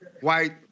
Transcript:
white